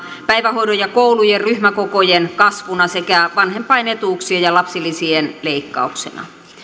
päivähoidon ja koulujen ryhmäkokojen kasvuna sekä vanhempainetuuksien ja lapsilisien leikkauksina